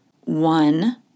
one